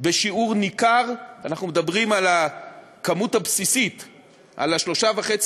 אנחנו מדברים על הכמות הבסיסית, על 3.5